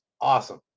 awesome